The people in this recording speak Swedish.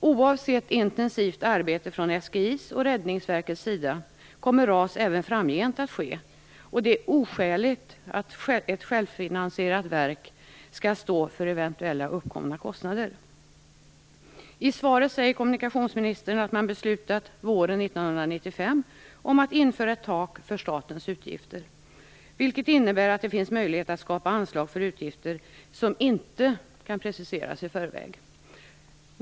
Oavsett intensivt arbete från SGI:s och Räddningsverkets sida kommer ras även framgent att ske, och det är oskäligt att ett självfinaniserat verk skall stå för eventuella uppkomna kostnader. I svaret säger kommunikationsministern att man våren 1995 beslutat om att införa ett tak för statens utgifter, vilket innebär att det finns möjligheter att skapa anslag för utgifter som inte kan preciseras i förväg.